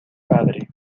padre